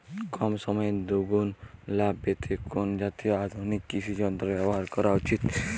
কম সময়ে দুগুন লাভ পেতে কোন জাতীয় আধুনিক কৃষি যন্ত্র ব্যবহার করা উচিৎ?